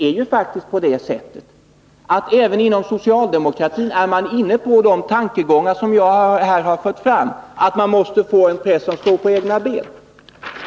Även inom socialdemokratin, Olle Svensson, är man faktiskt inne på de tankegångar som jag här har fört fram, att man måste få en press som står på egna ben.